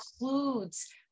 includes